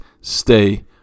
stay